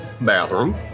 bathroom